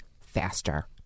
faster